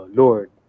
lord